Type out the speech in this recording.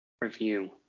review